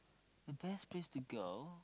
the best place to go